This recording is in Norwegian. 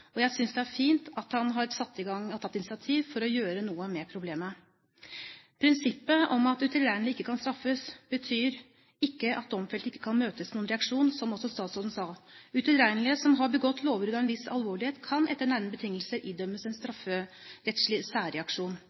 temaet. Jeg synes det er fint at han har tatt initiativ til å gjøre noe med problemet. Prinsippet om at utilregnelige ikke kan straffes, betyr ikke at domfelte ikke kan møtes med noen reaksjon, som også statsråden sa. Utilregnelige som har begått lovbrudd av en viss alvorlighet, kan etter nærmere betingelser idømmes en strafferettslig særreaksjon.